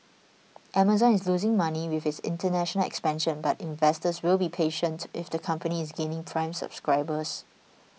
Amazon is losing money with its international expansion but investors will be patient if the company is gaining prime subscribers